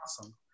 Awesome